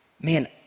man